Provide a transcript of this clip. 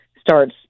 starts